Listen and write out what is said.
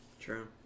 true